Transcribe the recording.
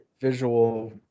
visual